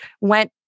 went